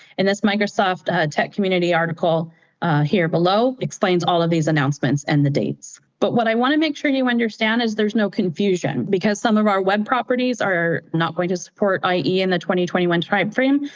and this microsoft tech community article here below explains all of these announcements and the dates. but what i want to make sure you understand is there's no confusion because some of our web properties are not going to support ie in the twenty twenty one time frame.